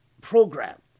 Program